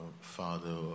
father